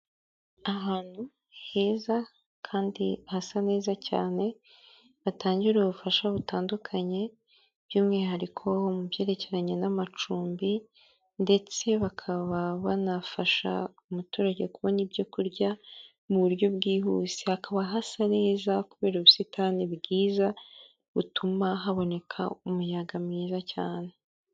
Ahantu heza kandi hasa neza cyane, batangira ubufasha butandukanye, by'umwihariko mu byerekeranye n'amacumbi, ndetse bakaba banafasha umuturage kubona ibyo kurya mu buryo bwihuse. Hakaba hasa neza kubera ubusitani bwiza butuma haboneka umuyaga mwiza cyane.